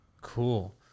cool